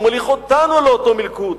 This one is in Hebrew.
הוא מוליך אותנו לאותו מלכוד.